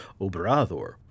Obrador